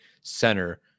center